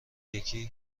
یکی